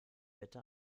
bitte